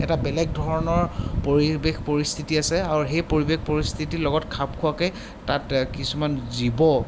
এটা বেলেগ ধৰণৰ পৰিৱেশ পৰিস্থিতি আছে আৰু সেই পৰিৱেশ পৰিস্থিতিৰ লগত খাপ খোৱাকে তাত কিছুমান জীৱ